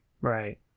Right